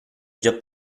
già